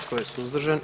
Tko je suzdržan?